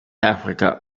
africa